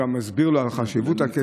אתה גם מסביר לו על חשיבות הכסף,